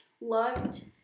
Loved